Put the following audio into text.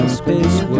space